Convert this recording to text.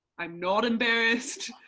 i'm not embarrassed,